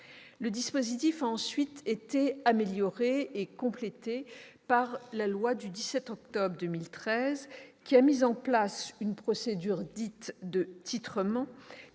Le dispositif a ensuite été amélioré et complété par la loi du 17 octobre 2013, qui a mis en place une procédure dite de titrement,